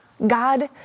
God